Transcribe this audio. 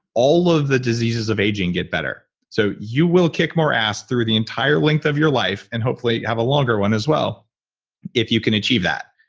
all of the diseases of aging get better. so you will kick more ass through the entire length of your life and hopefully have a longer one as well if you can achieve that.